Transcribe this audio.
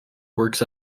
works